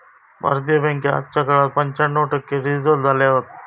भारतीय बॅन्का आजच्या काळात पंच्याण्णव टक्के डिजिटल झाले हत